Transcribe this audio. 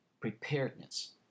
preparedness